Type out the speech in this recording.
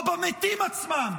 או במתים עצמם,